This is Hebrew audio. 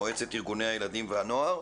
מועצת ארגוני הילדים והנוער.